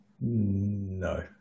No